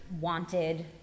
wanted